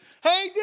Hey